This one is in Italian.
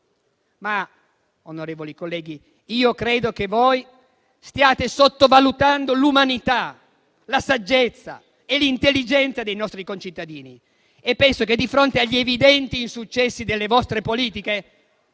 Onorevoli colleghi, credo che voi stiate sottovalutando l'umanità, la saggezza e l'intelligenza dei nostri concittadini e penso che di fronte agli evidenti insuccessi delle vostre politiche,